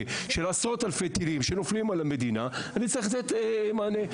של עשרות אלפי טילים שנופלים על המדינה אני צריך לתת מענה.